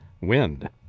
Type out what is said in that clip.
wind